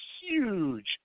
huge